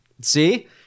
See